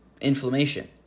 inflammation